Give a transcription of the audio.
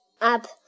up